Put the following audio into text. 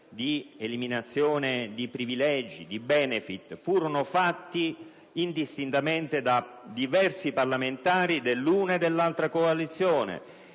all'eliminazione di privilegi e di *benefit* furono avanzate indistintamente da diversi parlamentari dell'una e dell'altra coalizione;